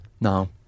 no